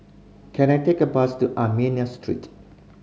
can I take a bus to Armenian Street